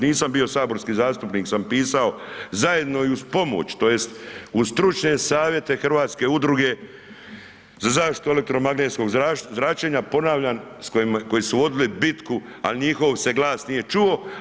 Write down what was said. Nisam bio saborski zastupnik sam pisao, zajedno i uz pomoć, tj. uz stručne savjete Hrvatske udruge za zaštitu elektromagnetskog zračenja, ponavljam, koji su vodili bitku, ali njihov se glas nije čuo.